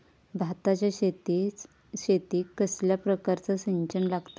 भाताच्या शेतीक कसल्या प्रकारचा सिंचन लागता?